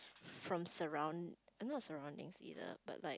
from surround not a surrounding feel it but